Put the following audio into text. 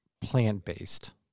plant-based